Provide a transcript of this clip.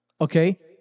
Okay